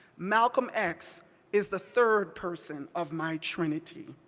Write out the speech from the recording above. malcolm x is the third person of my trinity.